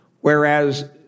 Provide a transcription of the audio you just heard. Whereas